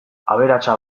aberatsa